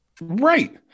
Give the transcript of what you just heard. Right